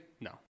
No